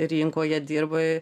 rinkoje dirbai